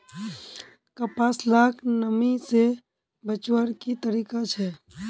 कपास लाक नमी से बचवार की तरीका छे?